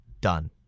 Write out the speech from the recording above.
done